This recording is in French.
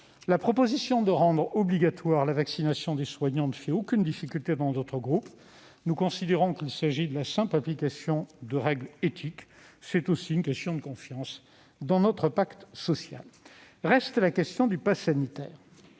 La proposition de rendre obligatoire la vaccination des soignants ne fait aucune difficulté dans notre groupe. Il s'agit, à nos yeux, de la simple application de règles éthiques. C'est aussi une question de confiance dans notre pacte social. Reste la question du passe sanitaire